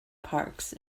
parks